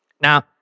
Now